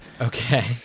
Okay